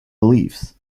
beliefs